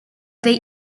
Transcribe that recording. they